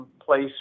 place